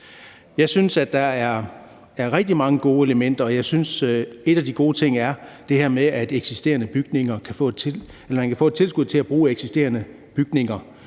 Jeg synes, at der er rigtig mange gode elementer her, og jeg synes, at en af de gode ting er det her med, at man kan få et tilskud til at bruge eksisterende bygninger.